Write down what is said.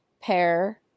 pair